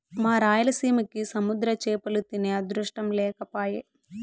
మా రాయలసీమకి సముద్ర చేపలు తినే అదృష్టం లేకపాయె